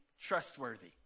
trustworthy